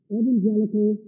evangelical